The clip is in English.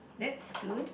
that's good